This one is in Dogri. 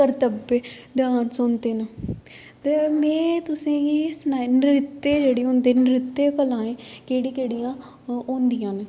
करतब डान्स होंदे न ते में तुसेंगी सनां नी नृत्य जेह्ड़े होंदे नृत्य कलाएं केह्ड़ी केह्ड़ियां होंदियां न